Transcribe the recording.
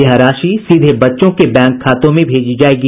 यह राशि सीधे बच्चे के बैंक खातों में भेजी जायेगी